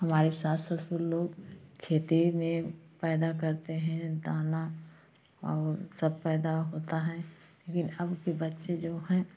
हमारे सास ससुर लोग खेती में पैदा करते है दाना और सब पैदा होता है लेकिन अब के बच्चे जो हैं